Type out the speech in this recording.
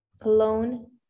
alone